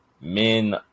men